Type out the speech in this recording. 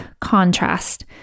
contrast